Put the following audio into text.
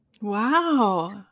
Wow